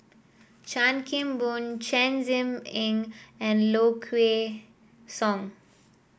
Chan Kim Boon Chen Zhiming and Low Kway Song